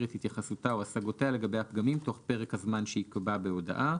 את התייחסותה או השגותיה לגבי הפגמים תוך פרק הזמן שיקבע בהודעה.